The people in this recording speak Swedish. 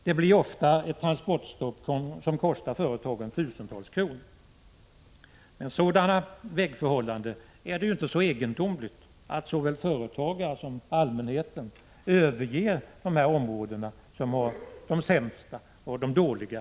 Det blir ofta ett transportstopp som kostar företagen tusentals kronor. Med sådana vägförhållanden är det inte så egendomligt om såväl företagare som allmänhet överger områden som har de sämsta kommunikationerna.